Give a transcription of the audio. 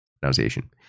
pronunciation